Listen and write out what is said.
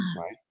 right